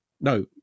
no